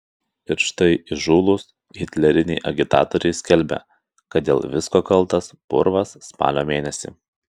ir štai įžūlūs hitleriniai agitatoriai skelbia kad dėl visko kaltas purvas spalio mėnesį